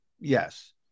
Yes